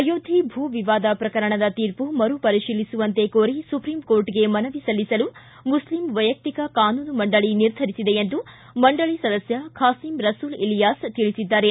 ಅಯೋಧ್ಣೆ ಭೂ ವಿವಾದ ಪ್ರಕರಣದ ತೀರ್ಮ ಮರು ಪರಿತೀಲಿಸುವಂತೆ ಕೋರಿ ಸುಪ್ರೀಂಕೋರ್ಟ್ಗೆ ಮನವಿ ಸಲ್ಲಿಸಲು ಮುಷ್ಲಿಂ ವೈಯಕ್ತಿಕ ಕಾನೂನು ಮಂಡಳಿ ನಿರ್ಧರಿಸಿದೆ ಎಂದು ಮಂಡಳಿ ಸದಸ್ಯ ಖಾಸೀಂ ರಸೂಲ್ ಇಲಿಯಾಸ್ ತಿಳಿಸಿದ್ದಾರೆ